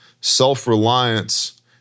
self-reliance